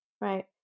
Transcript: Right